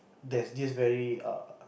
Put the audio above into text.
there's this very err